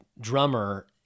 drummer